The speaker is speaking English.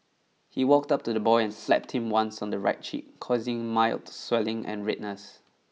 he walked up to the boy and slapped him once on the right cheek causing mild swelling and redness